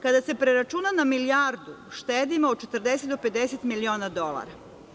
Kada se preračuna na milijardu, štedimo od 40-50 miliona dolara.